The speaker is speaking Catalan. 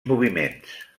moviments